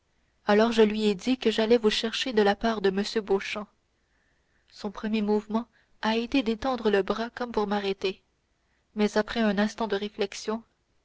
alors je lui ai dit que j'allais vous chercher de la part de m beauchamp son premier mouvement a été d'étendre le bras comme pour m'arrêter mais après un instant de réflexion